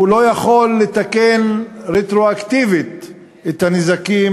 הוא לא יכול לתקן רטרואקטיבית את הנזקים